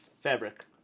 Fabric